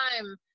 time